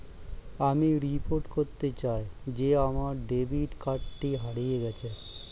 আমি রিপোর্ট করতে চাই যে আমার ডেবিট কার্ডটি হারিয়ে গেছে